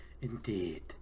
Indeed